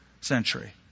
century